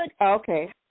Okay